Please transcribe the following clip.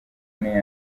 ine